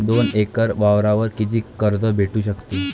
दोन एकर वावरावर कितीक कर्ज भेटू शकते?